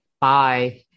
Bye